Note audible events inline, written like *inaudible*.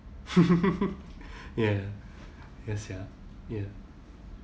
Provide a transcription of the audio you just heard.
*laughs* ya ya sia ya